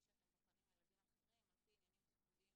שאתם בוחנים ילדים אחרים על פי עניינים תפקודיים